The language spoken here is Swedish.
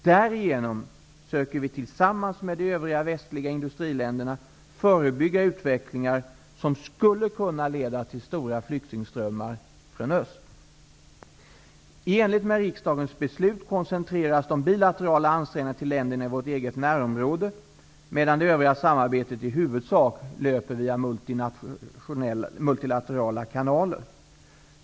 Därigenom söker vi tillsammans med de övriga västliga industriländerna förebygga utvecklingar som skulle kunna leda till stora flyktingströmmar från öst. I enlighet med riksdagens beslut koncentreras de bilaterala ansträngningarna till länderna i vårt eget närområde medan det övriga samarbetet i huvudsak löper via multilaterala kanaler.